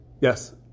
Yes